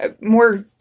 more